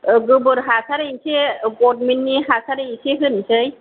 गोबोर हासार एसे गभर्नमेन्टनि हासार एसे होनोसै